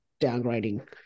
downgrading